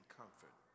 comfort